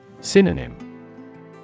Synonym